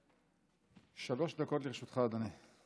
שלוש דקות לרשותך, אדוני.